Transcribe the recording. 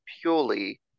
purely